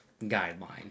guideline